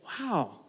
wow